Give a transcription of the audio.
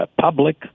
public